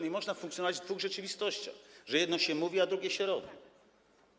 Nie można funkcjonować w dwóch rzeczywistościach, że jedno się mówi, a drugie się robi.